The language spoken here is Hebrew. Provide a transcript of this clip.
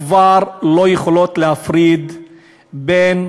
כבר לא יכולות להפריד בין,